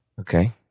Okay